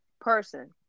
person